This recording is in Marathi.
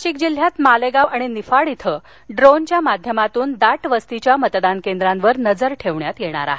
नाशिक जिल्ह्यात मालेगाव आणि निफाड इथ ड्रोनच्या माध्यमातून दाट वस्तीच्या मतदान केंद्रांवर नजर ठेवण्यात येणार आहे